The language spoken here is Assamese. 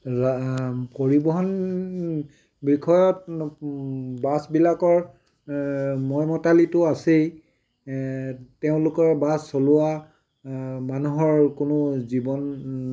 পৰিৱহণ বিষয়ত বাছবিলাকৰ মইমতালিটো আছেই তেওঁলোকৰ বাছ চলোৱা মানুহৰ কোনো জীৱন